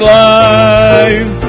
life